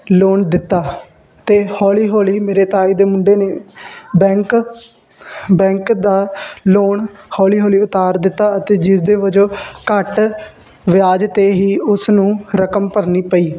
loan ਦਿੱਤਾ ਅਤੇ ਹੌਲੀ ਹੌਲੀ ਮੇਰੇ ਤਾਏ ਦੇ ਮੁੰਡੇ ਨੇ ਬੈਂਕ ਬੈਂਕ ਦਾ ਲੋਨ ਹੌਲੀ ਹੌਲੀ ਉਤਾਰ ਦਿੱਤਾ ਅਤੇ ਜਿਸ ਦੇ ਵਜੋਂ ਘੱਟ ਵਿਆਜ 'ਤੇ ਹੀ ਉਸ ਨੂੰ ਰਕਮ ਭਰਨੀ ਪਈ